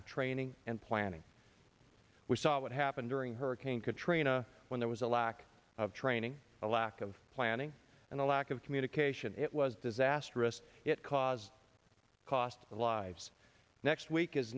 of training and planning we saw what happened during hurricane katrina when there was a lack of training a lack of planning and a lack of communication it was disastrous it cause cost of lives next week is